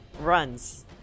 runs